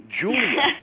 Julia